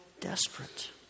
desperate